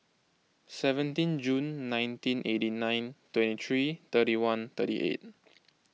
seventeen June nineteen eighty nine twenty three thirty one thirty eight